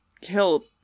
killed